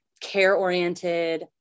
care-oriented